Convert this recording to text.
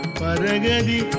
Paragadi